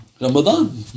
Ramadan